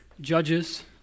Judges